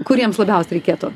kuriems labiausia reikėtų